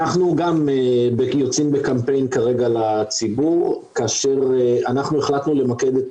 אנחנו גם יוצאים בקמפיין כרגע לציבור כאשר אנחנו החלטנו למקד את